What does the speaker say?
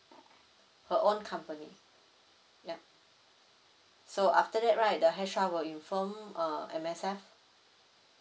her own company ya so after that right the H_R will inform err M_S_F